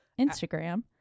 Instagram